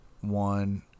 one